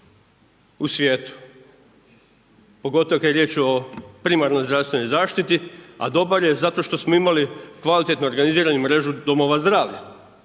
u svijetu. Pogotovo kad je riječ o primarnoj zdravstvenoj zaštiti a dobar je zato što smo imali kvalitetnu organiziranu mrežu domova zdravlja.